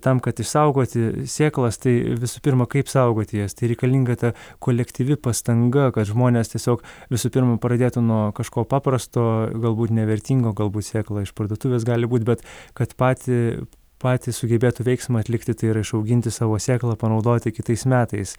tam kad išsaugoti sėklas tai visų pirma kaip saugoti jas reikalinga ta kolektyvi pastanga kad žmonės tiesiog visų pirma pradėtų nuo kažko paprasto galbūt nevertingo galbūt sėklą iš parduotuvės gali būti bet kad patį patys sugebėtų veiksmą atlikti tai yra išauginti savo sėklą panaudoti kitais metais